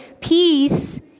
peace